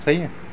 صحیح ہے